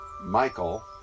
Michael